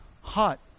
hot